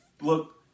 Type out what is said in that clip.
look